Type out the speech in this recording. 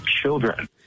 children